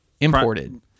imported